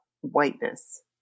whiteness